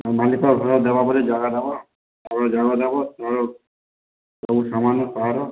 ଆଉ ମାଲିକ ଜାଗା ଦବ ଆଉ ସବୁ ସାମାନ ତାର